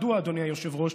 מדוע, אדוני היושב-ראש?